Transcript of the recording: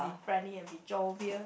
be friendly and jovial